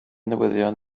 newyddion